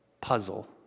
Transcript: puzzle